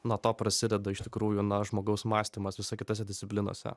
nuo to prasideda iš tikrųjų žmogaus mąstymas visai kitose disciplinose